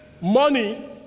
money